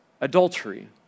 adultery